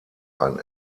ein